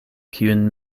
kiun